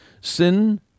Sin